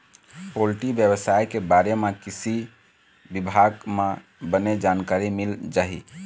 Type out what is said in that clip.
poultry बेवसाय के बारे म कृषि बिभाग म बने जानकारी मिल जाही